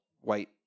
white